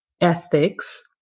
ethics